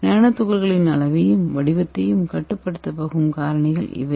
நானோ துகள்களின் அளவையும் வடிவத்தையும் கட்டுப்படுத்தப் போகும் காரணிகள் இவை